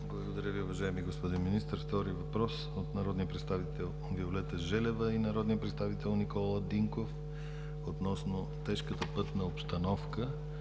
Благодаря Ви, уважаеми господин Министър. Втори въпрос от народните представители Виолета Желева и Никола Динков относно тежката пътна обстановка